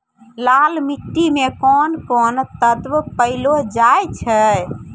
लाल मिट्टी मे कोंन कोंन तत्व पैलो जाय छै?